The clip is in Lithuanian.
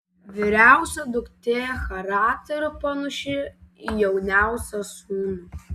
vyriausia duktė charakteriu panaši į jauniausią sūnų